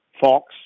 Fox